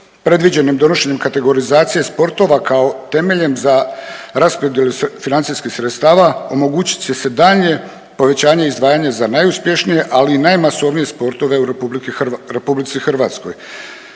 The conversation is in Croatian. Predviđenim donošenjem kategorizacije sportova kao temeljem za raspodjelu financijskih sredstava omogućit će se daljnje povećanje izdvajanja za najuspješnije, ali i najmasovnije sportove u RH jer će uspješnost